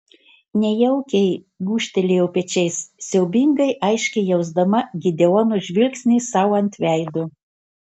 nejaukiai gūžtelėjau pečiais siaubingai aiškiai jausdama gideono žvilgsnį sau ant veido